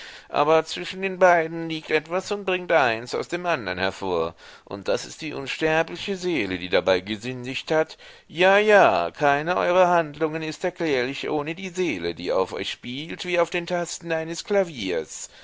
aber zwischen den beiden liegt etwas und bringt eins aus dem andern hervor und das ist die unsterbliche seele die dabei gesündigt hat ja ja keine eurer handlungen ist erklärlich ohne die seele die auf euch spielt wie auf den tasten eines klaviers